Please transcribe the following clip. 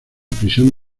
prisión